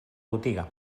botiga